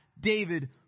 David